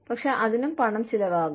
പക്ഷേ അതിനും പണം ചിലവാകും